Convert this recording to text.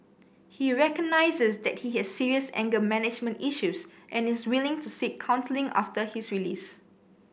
he recognises that he has serious anger management issues and is willing to seek counselling after his release